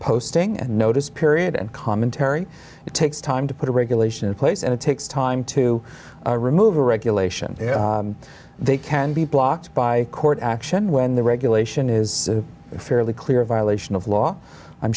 posting and notice period and commentary it takes time to put a regulation in place and it takes time to remove a regulation they can be blocked by court action when the regulation is fairly clear violation of law i'm